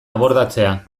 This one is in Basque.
abordatzea